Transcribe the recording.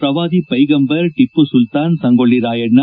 ಪ್ರವಾದಿ ಪೈಗಂಬರ್ ಟಿಮ್ನ ಸುಲ್ನಾನ್ ಸಂಗೊಳ್ಲಿ ರಾಯಣ್ಣ